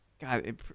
God